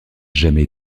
jamais